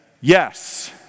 yes